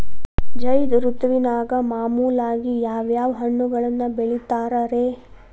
ಝೈದ್ ಋತುವಿನಾಗ ಮಾಮೂಲಾಗಿ ಯಾವ್ಯಾವ ಹಣ್ಣುಗಳನ್ನ ಬೆಳಿತಾರ ರೇ?